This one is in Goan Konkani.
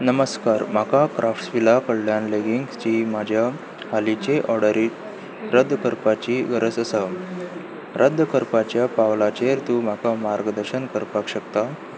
नमस्कार म्हाका क्राफ्ट्स विला कडल्यान लेगिंग्सची म्हाज्या हालींचे ऑर्डरी रद्द करपाची गरज आसा रद्द करपाच्या पावलाचेर तूं म्हाका मार्गदर्शन करपाक शकता